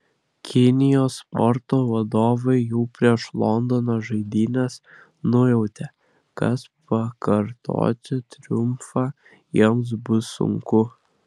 kinijos sporto vadovai jau prieš londono žaidynes nujautė kad pakartoti triumfą jiems bus sunku